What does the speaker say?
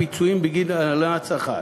לתבוע פיצויים בגין הלנת שכר.